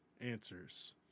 answers